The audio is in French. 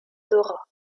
dora